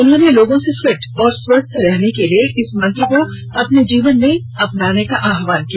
उन्होंने लोगों से फिट और स्वस्थ रहने के लिए इस मंत्र को अपने जीवन में अपनाने का आह्वान किया